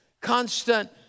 Constant